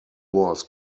was